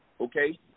okay